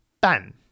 ban